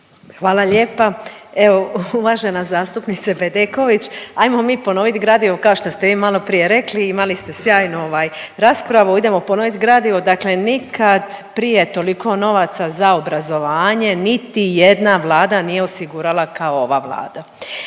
Hvala lijepa. Evo uvažena zastupnice Bedeković, ajmo mi ponovit gradivo kao što ste i maloprije rekli, imali ste sjajnu ovaj raspravu, idemo ponovit gradivo. Dakle, nikad prije toliko novaca za obrazovanja, niti jedna Vlada nije osigurala kao ova Vlada.